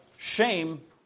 Shame